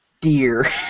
Dear